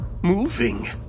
moving